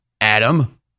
Adam